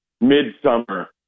mid-summer